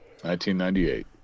1998